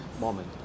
moment